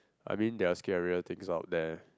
I mean there are scarier things out there